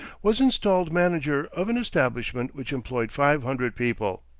was installed manager of an establishment which employed five hundred people.